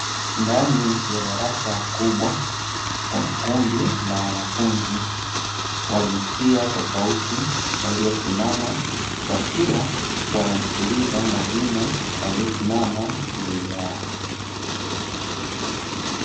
Ndani ya darasa kubwa kuna kundi la wanafunzi wa jinsia tofauti waliosimama, wakiwa wanamsikiliza mwalimu aliesimama mbele yao.